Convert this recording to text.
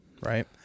right